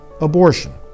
abortion